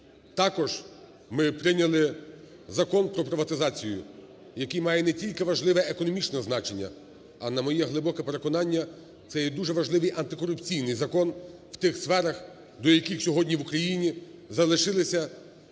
Також ми прийняли Закон про приватизацію, який має не тільки важливе економічне значення, а, на моє глибоке переконання, це є дуже важливий антикорупційний закон в тих сферах, до яких сьогодні в Україні залишилися залишки